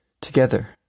together